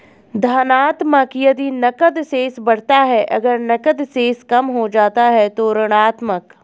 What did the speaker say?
धनात्मक यदि नकद शेष बढ़ता है, अगर नकद शेष कम हो जाता है तो ऋणात्मक